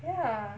ya